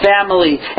family